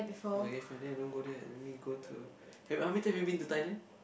oh K fine then I don't go there let me go to wait how many time have you been to Thailand